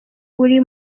uri